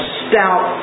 stout